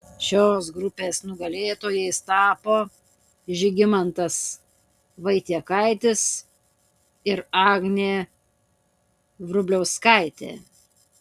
šios grupės nugalėtojais tapo žygimantas vaitiekaitis ir agnė vrubliauskaitė